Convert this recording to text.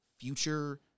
future